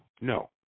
No